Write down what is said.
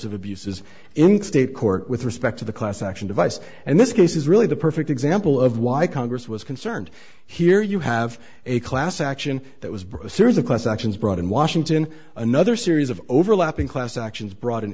of abuses in state court with respect to the class action device and this case is really the perfect example of why congress was concerned here you have a class action that was brought a series of class actions brought in washington another series of overlapping class actions brought in